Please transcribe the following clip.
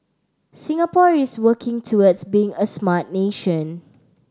Singapore is working towards being a smart nation